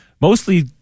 mostly